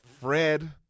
Fred